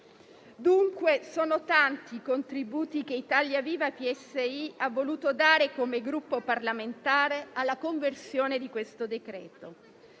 dunque tanti i contributi che Italia Viva-P.S.I. ha voluto dare come Gruppo parlamentare alla conversione di questo decreto-legge